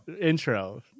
Intro